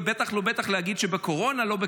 ובטח ובטח לא להגיד שבקורונה או לא בקורונה.